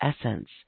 essence